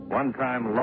one-time